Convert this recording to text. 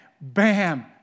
Bam